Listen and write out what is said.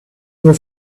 nur